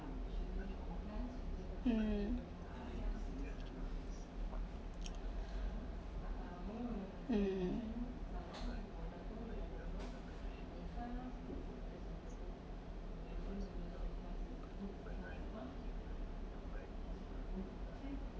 mm mm